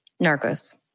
Narcos